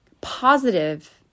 positive